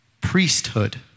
priesthood